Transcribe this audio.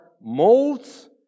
molds